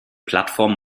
plattform